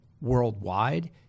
worldwide